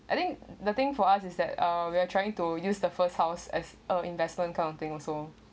I think the thing for us is that uh we are trying to use the first house as uh investment kind of thing also